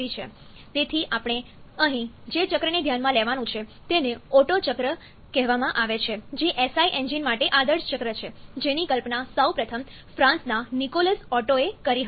તેથી આપણે અહીં જે ચક્રને ધ્યાનમાં લેવાનું છે તેને ઓટ્ટો ચક્ર કહેવામાં આવે છે જે SI એન્જિન માટે આદર્શ ચક્ર છે જેની કલ્પના સૌપ્રથમ ફ્રાન્સના નિકોલસ ઓટ્ટોએ કરી હતી